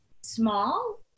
small